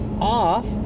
off